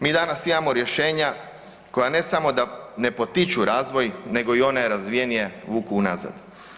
Mi danas imamo rješenja koja ne samo da ne potiču razvoj nego i one razvijenije vuku unazad.